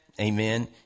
Amen